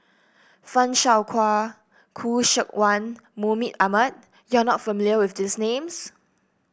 Fan Shao Hua Khoo Seok Wan Mahmud Ahmad you are not familiar with these names